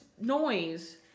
noise